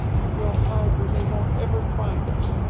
and we'll hide where they won't ever find us,